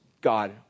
God